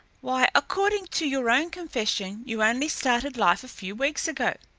why, according to your own confession, you only started life a few weeks ago.